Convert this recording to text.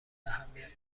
اهمیت